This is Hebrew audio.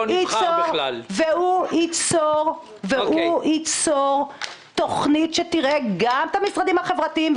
והוא יצור תכנית שתראה גם את המשרדים החברתיים,